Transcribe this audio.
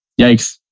yikes